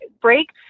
break –